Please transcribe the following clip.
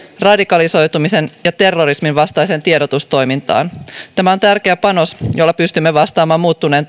radikalisoitumisen ja terrorismin vastaiseen tiedotustoimintaan tämä on tärkeä panos jolla pystymme vastaamaan muuttuneen